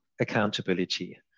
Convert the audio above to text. accountability